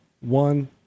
One